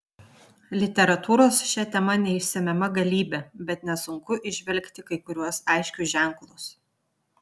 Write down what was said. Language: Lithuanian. literatūros šia tema neišsemiama galybė bet nesunku įžvelgti kai kuriuos aiškius ženklus